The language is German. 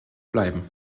bleiben